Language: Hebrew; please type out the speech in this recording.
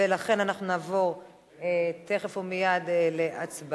ולכן אנחנו נעבור תיכף ומייד להצבעה.